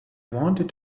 wanted